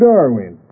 Darwin